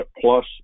plus